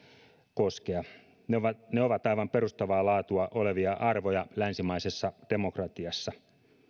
koskea ne ovat ne ovat aivan perustavaa laatua olevia arvoja länsimaisessa demokratiassa